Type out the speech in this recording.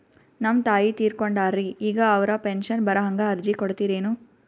ನಮ್ ತಾಯಿ ತೀರಕೊಂಡಾರ್ರಿ ಈಗ ಅವ್ರ ಪೆಂಶನ್ ಬರಹಂಗ ಅರ್ಜಿ ಕೊಡತೀರೆನು?